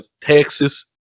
Texas